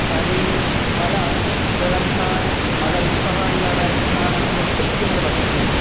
आणि मला जरा छान मला उत्साह आणणारा एक छान असं मस्त पिच्चर मला बघायचा आहे